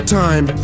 time